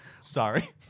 Sorry